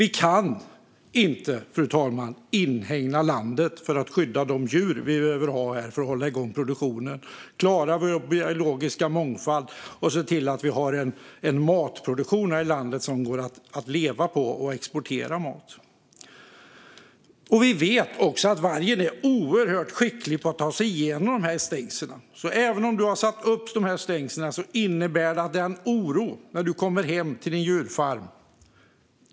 Vi kan inte, fru talman, inhägna landet för att skydda de djur vi behöver ha för att hålla igång produktionen, klara den biologiska mångfalden och se till att vi har en matproduktion i landet som går att leva på och som gör att vi kan exportera mat. Vi vet också att vargen är oerhört skicklig på att ta sig igenom stängslen. Även om du har satt upp stängsel känner du oro när du kommer hem till din djurfarm.